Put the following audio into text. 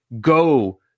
go